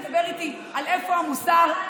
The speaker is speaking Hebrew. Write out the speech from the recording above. לדבר איתי על איפה המוסר,